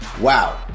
wow